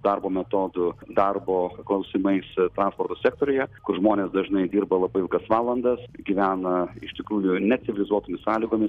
darbo metodų darbo klausimais transporto sektoriuje kur žmonės dažnai dirba labai ilgas valandas gyvena iš tikrųjų necivilizuotųjų sąlygom